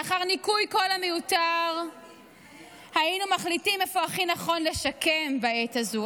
לאחר ניכוי כל המיותר היינו מחליטים איפה הכי נכון לשקם בעת הזו,